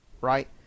right